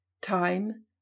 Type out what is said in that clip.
Time